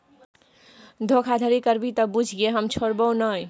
धोखाधड़ी करभी त बुझिये हम छोड़बौ नै